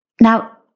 Now